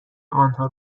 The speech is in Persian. آنها